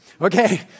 Okay